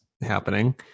happening